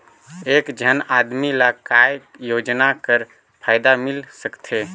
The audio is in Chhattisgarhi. एक झन आदमी ला काय योजना कर फायदा मिल सकथे?